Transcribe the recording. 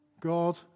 God